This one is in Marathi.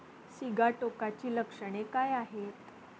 सिगाटोकाची लक्षणे काय आहेत?